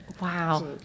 Wow